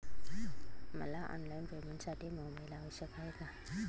मला ऑनलाईन पेमेंटसाठी मोबाईल आवश्यक आहे का?